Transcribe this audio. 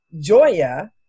Joya